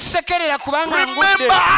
Remember